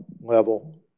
level